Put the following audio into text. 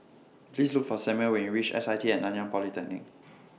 Please Look For Samual when YOU REACH S I T At Nanyang Polytechnic